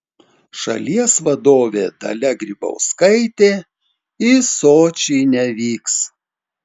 šalies vadovė dalia grybauskaitė į sočį nevyks